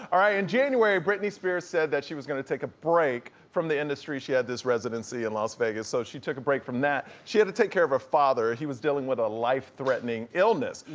all right, in january, britney spears said that she was gonna take a break from the industry. she had this residency in las vegas, so she took a break from that. she had to take care of her father, he was dealing with a life-threatening illness.